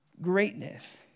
greatness